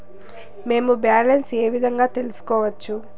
మేము బ్యాలెన్స్ ఏ విధంగా తెలుసుకోవచ్చు?